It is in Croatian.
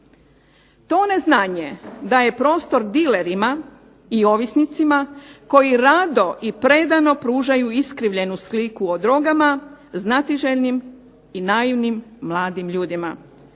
To neznanje da prostor dilerima i ovisnicima koji rado i predano pružaju iskrivljenu sliku o drogama znatiželjnim i naivnim mladim ljudima,